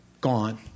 Gone